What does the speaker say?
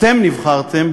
אתם נבחרתם,